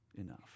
enough